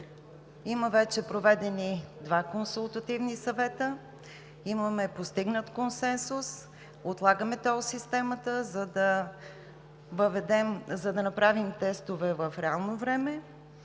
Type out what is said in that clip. Има вече проведени два консултативни съвета, имаме постигнат консенсус – отлагаме тол системата, за да направим тестове в реално време,